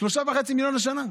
3.5 מיליון לשנה.